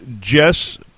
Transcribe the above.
Jess